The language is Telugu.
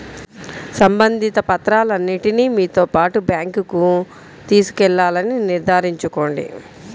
సంబంధిత పత్రాలన్నింటిని మీతో పాటు బ్యాంకుకు తీసుకెళ్లాలని నిర్ధారించుకోండి